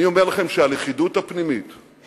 אני אומר לכם שהלכידות הפנימית היא